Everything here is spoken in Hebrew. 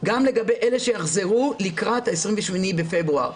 גם לגבי אלה שיחזרו לקראת ה-28 בפברואר.